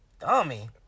Dummy